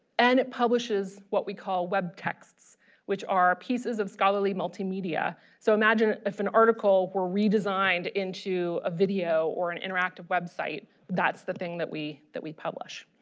and it publishes what we call web texts which are pieces of scholarly multimedia. so imagine if an article were redesigned into a video or an interactive website that's the thing that we that we publish.